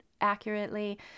accurately